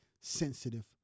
sensitive